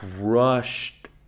crushed